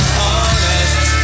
honest